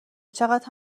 چقدر